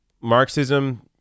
Marxism